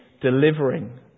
delivering